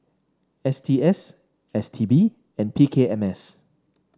S T S S T B and P K M S